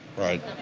right.